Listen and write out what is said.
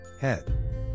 head